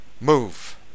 move